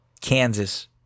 Kansas